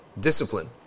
Discipline